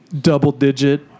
double-digit